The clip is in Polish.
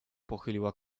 pochyliła